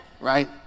right